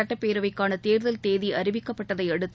சுட்டப்பேரவைக்கான தேர்தல் தேதி அறிவிக்கப்பட்டதையடுத்து